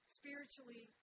spiritually